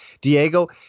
Diego